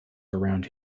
around